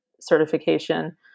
certification